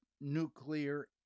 nuclear